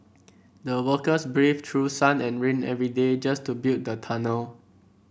the workers braved through sun and rain every day just to build the tunnel